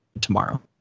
tomorrow